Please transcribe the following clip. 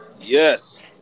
Yes